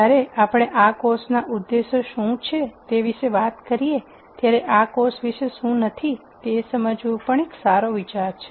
જ્યારે આપણે આ કોર્સના ઉદ્દેશો શું છે તે વિશે વાત કરીએ ત્યારે આ કોર્સ વિશે શું નથી તે સમજવું પણ એક સારો વિચાર છે